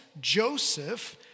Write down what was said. Joseph